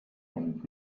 und